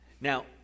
Now